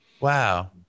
Wow